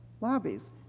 lobbies